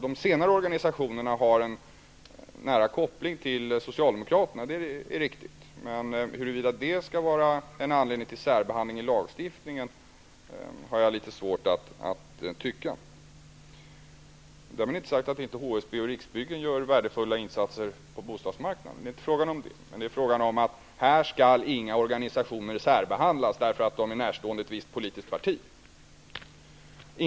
De senare organisationerna har en nära koppling till Socialdemokraterna -- det är riktigt. Men jag har litet svårt att tycka att det skall vara en anledning till särbehandling i lagstiftningen. Därmed inte sagt att inte HSB och Riksbyggen gör värdefulla insatser på bostadsmarknaden, men det är inte fråga om det -- det är fråga om att här skall inga organisationer särbehandlas därför att de står ett visst politiskt parti nära.